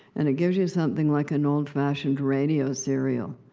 and it gives you something like an old-fashioned radio serial.